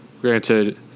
granted